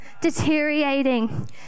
deteriorating